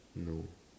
no